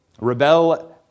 Rebel